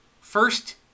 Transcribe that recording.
First